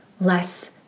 less